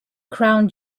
crown